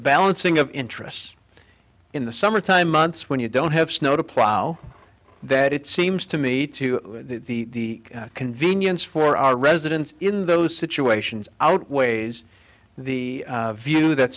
balancing of interests in the summertime months when you don't have snow to plow that it seems to me too the convenience for our residents in those situations outweighs the view that